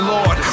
Lord